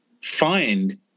find